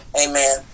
Amen